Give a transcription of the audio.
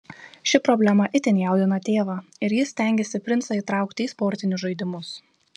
ši problema itin jaudina tėvą ir jis stengiasi princą įtraukti į sportinius žaidimus